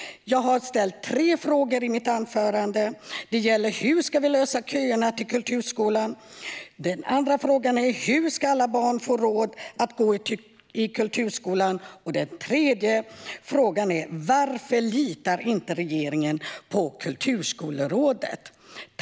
Jag har ställt tre frågor i mitt anförande: Hur ska vi lösa köerna till kulturskolan? Hur ska alla barn få råd att gå i kulturskolan? Varför litar inte regeringen på Kulturskolerådet?